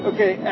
Okay